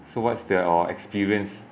so what's their or experience